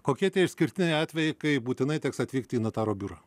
kokie tie išskirtiniai atvejai kai būtinai teks atvykti į notaro biurą